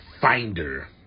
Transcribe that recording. finder